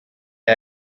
der